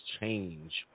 change